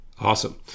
Awesome